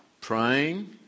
praying